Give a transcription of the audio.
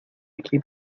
aquí